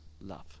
love